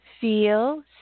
Feel